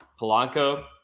Polanco